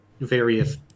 various